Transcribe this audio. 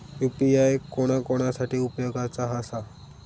UPI कोणा कोणा साठी उपयोगाचा आसा?